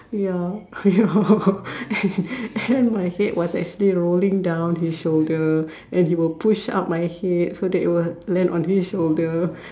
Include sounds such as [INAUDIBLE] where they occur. ya ya [LAUGHS] and and my head was actually rolling down his shoulder then he will push up my head so that it will land on his shoulder